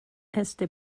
este